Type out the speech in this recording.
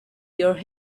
your